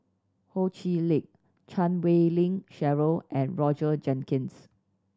Ho Chee Lick Chan Wei Ling Cheryl and Roger Jenkins